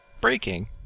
Breaking